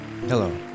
Hello